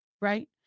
right